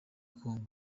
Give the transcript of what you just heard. kongo